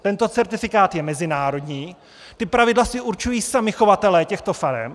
Tento certifikát je mezinárodní, ta pravidla si určují sami chovatelé těchto farem.